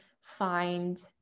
find